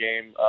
game